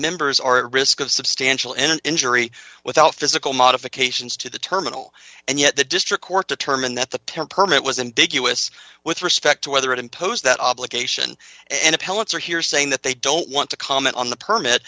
members are at risk of substantial in an injury without physical modifications to the terminal and yet the district court determined that the temperament was in big us with respect to whether it impose that obligation and appellants are here saying that they don't want to comment on the permit